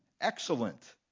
excellent